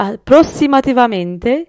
Approssimativamente